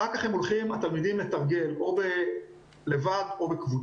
אחר כך התלמידים הולכים לתרגל, או לבד או בקבוצה.